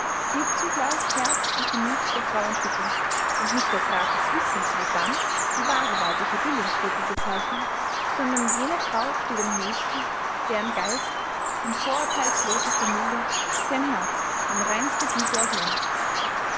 wird zugleich herz und gemüth der frau entwickeln und nicht der grad des wissens wird dann die wahre weibliche bildungsstufe bezeichnen sondern jene frau steht am höchsten deren geist in vorurtheilslosester milde deren herz in reinster güte erglänzt